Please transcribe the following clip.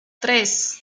tres